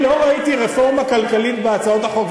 אני לא ראיתי רפורמה כלכלית בהצעות החוק,